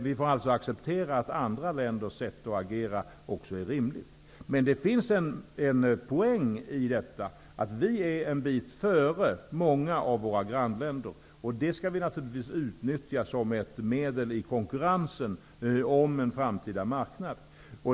Vi får alltså acceptera att andra länders olika sätt att agera också är rimliga. Men det finns en poäng här. Vi ligger nämligen en bit före många av våra grannländer, och det skall vi naturligtvis utnyttja som ett medel i konkurrensen om en framtida marknad.